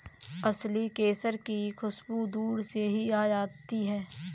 असली केसर की खुशबू दूर से ही आ जाती है